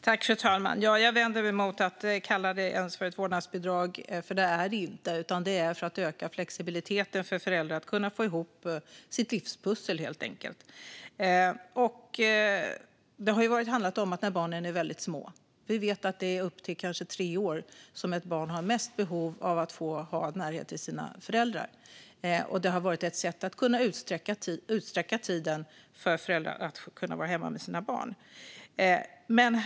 Fru talman! Jag vänder mig emot att det kallas för ett vårdnadsbidrag, för det är det inte. Det handlar om att öka flexibiliteten för föräldrar så att de kan få ihop sitt livspussel, helt enkelt. Det har handlat om när barnen är väldigt små. Vi vet att det är upp till kanske tre års ålder som ett barn har störst behov av närhet till sina föräldrar. Det har varit ett sätt för föräldrar att kunna utsträcka tiden hemma med sina barn.